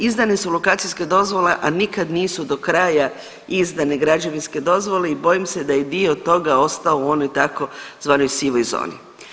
Izdane su lokacijske dozvole, a nikad nisu do kraja izdane građevinske dozvole i bojim se da je i dio toga ostao u onoj tzv. sivoj zoni.